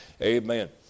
Amen